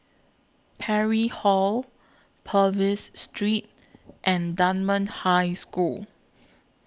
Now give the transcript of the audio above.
Parry Hall Purvis Street and Dunman High School